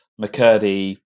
McCurdy